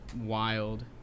wild